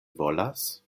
volas